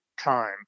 time